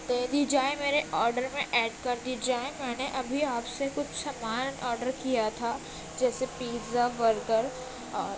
دے دی جائیں میرے آرڈر میں ایڈ کر دی جائیں میں نے ابھی آپ سے کچھ سامان آرڈر کیا تھا جیسے پیزا برگر اور